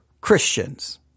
Christians